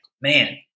man